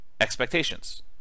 expectations